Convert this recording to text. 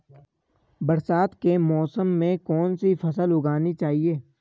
बरसात के मौसम में कौन सी फसल उगानी चाहिए?